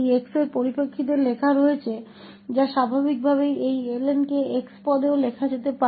तो यहाँ इसे x के पदों में लिखा गया है इसलिए स्वाभाविक रूप से इस Ln को x के पदों में भी लिखा जा सकता है